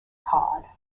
card